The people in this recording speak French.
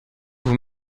vous